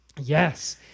Yes